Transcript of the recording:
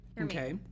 Okay